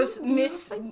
Miss